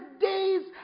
days